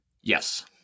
Yes